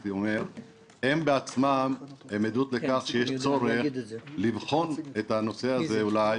הם בעצמם עדות לכך שיש צורך לבחון את הנושא הזה אולי